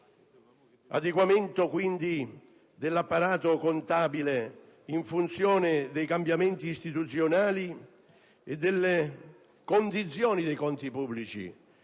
adeguamento dell'apparato contabile in funzione dei cambiamenti istituzionali e delle condizioni dei conti pubblici